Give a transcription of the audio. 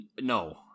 No